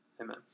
Amen